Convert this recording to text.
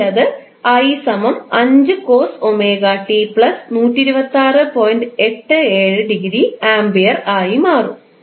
ഒടുവിൽ അത് A ആയി മാറും